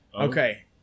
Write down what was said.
Okay